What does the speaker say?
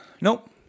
Nope